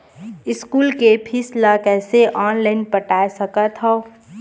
School के fees ला कैसे ऑनलाइन पटाए सकत हव?